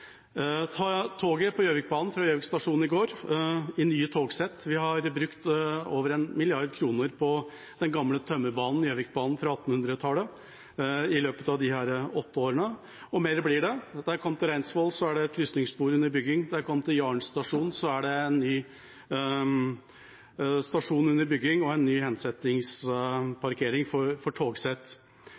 ta toget på Gjøvikbanen fra Gjøvik stasjon i går i nye togsett. Vi har brukt over 1 mrd. kr på den gamle tømmerbanen Gjøvikbanen fra 1800-tallet i løpet av disse åtte årene, og mer blir det. Da jeg kom til Reinsvoll, var det et krysningsspor under bygging. Da jeg kom til Jaren stasjon, var det en ny stasjon under bygging og en ny hensettingsparkering for togsett.